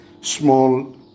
small